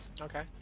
Okay